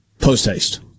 post-haste